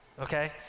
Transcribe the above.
okay